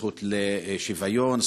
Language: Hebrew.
הזכות לשוויון,